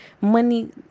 Money